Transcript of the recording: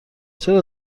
چرا